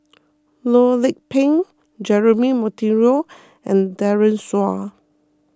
Loh Lik Peng Jeremy Monteiro and Daren Shiau